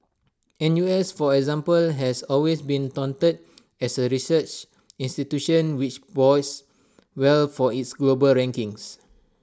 N U S for example has always been touted as A research institution which bodes well for its global rankings